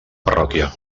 parròquia